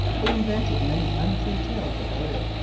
they invented many untrue tales about it.